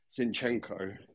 Zinchenko